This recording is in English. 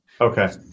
Okay